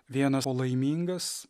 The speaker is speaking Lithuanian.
vienas o laimingas